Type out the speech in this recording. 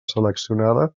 seleccionada